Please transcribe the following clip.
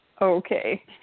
Okay